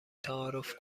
تعارف